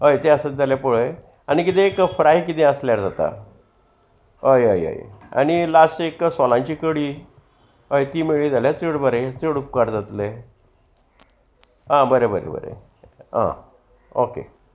हय तें आसत जाल्या पळय आनी किदें एक फ्राय किदें आसल्यार जाता हय हय हय आनी लास्ट एक सोलांची कडी हय ती मेळळी जाल्यार चड बरें चड उपकार जातले आं बरें बरें बरें आ ओके